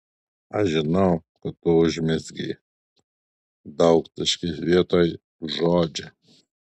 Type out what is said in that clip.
aš žinau kad tu užmezgei daugtaškis vietoj žodžio